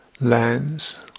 lands